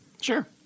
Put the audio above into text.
Sure